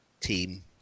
team